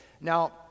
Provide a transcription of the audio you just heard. Now